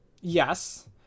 Yes